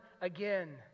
again